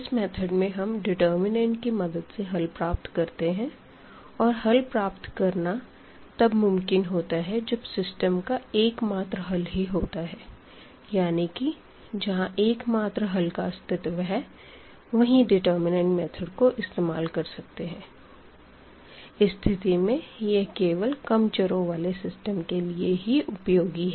इस मेथड में हम डिटर्मिननेंट की मदद से हल प्राप्त करते है और हल प्राप्त करना तब मुमकिन होता है जब सिस्टम का एकमात्र हल ही होता है यानी कि जहां एकमात्र हल का अस्तित्व है वहीँ डिटर्मिननेंट मेथड को इस्तेमाल कर सकते है इस स्थिति में यह केवल कम वेरीअबलस वाले सिस्टम के लिए ही उपयोगी है